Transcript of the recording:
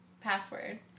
password